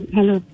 Hello